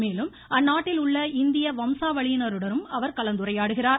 மேலும் அந்நாட்டில் உள்ள இந்திய வம்சாவளியினருடன் அவர் கலந்துரையாடுகிறார்